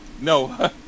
no